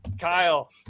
Kyle